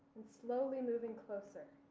and slowly moving closer.